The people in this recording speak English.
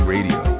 Radio